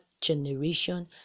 generation